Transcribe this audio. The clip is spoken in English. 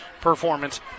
performance